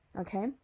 okay